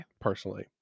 personally